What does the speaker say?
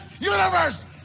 universe